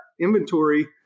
inventory